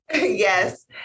Yes